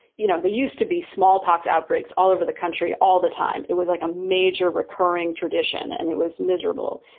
you know, there used to be smallpox outbreaks all over the country all the time. it was like a major recurring tradition and it was miserable.